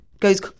goes